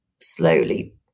slowly